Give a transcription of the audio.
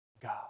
God